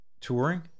touring